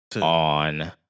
on